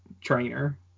trainer